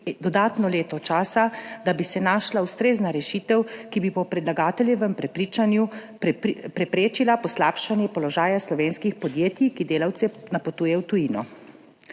dodatno leto časa, da bi se našla ustrezna rešitev, ki bi po predlagateljevem prepričanju preprečila poslabšanje položaja slovenskih podjetij, ki delavce napotujejo v tujino.